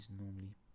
normally